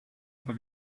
aber